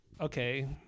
Okay